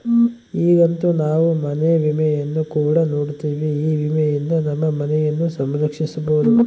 ಈಗಂತೂ ನಾವು ಮನೆ ವಿಮೆಯನ್ನು ಕೂಡ ನೋಡ್ತಿವಿ, ಈ ವಿಮೆಯಿಂದ ನಮ್ಮ ಮನೆಯನ್ನ ಸಂರಕ್ಷಿಸಬೊದು